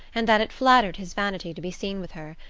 and that it flattered his vanity to be seen with her,